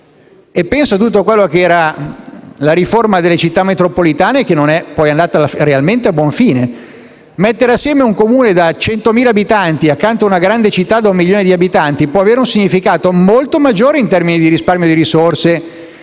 avrebbe dovuto essere la riforma delle Città metropolitane, che non è poi andata realmente a buon fine. Aggregare un Comune di 100.000 abitanti a una grande Città di un milione di abitanti può avere un significato molto maggiore, in termini di risparmio di risorse,